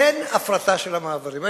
אין הפרטה של המעברים.